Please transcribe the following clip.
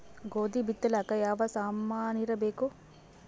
ಗೋಧಿ ಬಿತ್ತಲಾಕ ಯಾವ ಸಾಮಾನಿರಬೇಕು?